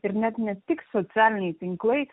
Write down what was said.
ir net ne tik socialiniai tinklai